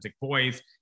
voice